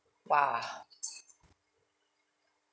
!wah!